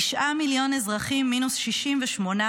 תשעה מיליון אזרחים, מינוס 68,